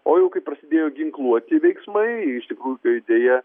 o jau kai prasidėjo ginkluoti veiksmai iš tikrųjų kai deja